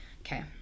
Okay